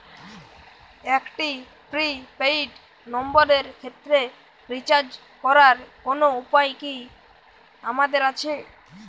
একটি prepaid নম্বরের ক্ষেত্রে রিচার্জ করার কোনো উপায় কি আমাদের আছে?